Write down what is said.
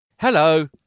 Hello